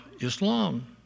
Islam